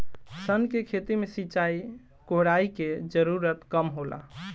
सन के खेती में सिंचाई, कोड़ाई के जरूरत कम होला